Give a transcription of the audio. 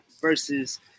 versus